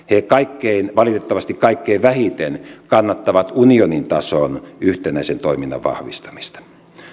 kaikkein valitettavasti kaikkein vähiten kannattavat unionitason yhtenäisen toiminnan vahvistamista